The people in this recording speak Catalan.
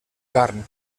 carn